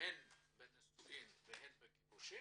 הן בנישואין והן בגירושין,